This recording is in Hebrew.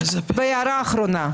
והערה אחרונה.